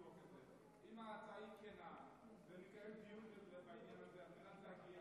אם ההצעה היא כנה ונקיים דיון בעניין הזה על מנת להגיע